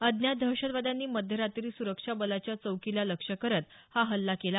अज्ञात दहशतवाद्यांनी मध्यरात्री सुरक्षा बलाच्या चौकीला लक्ष्य करत हा हल्ला केला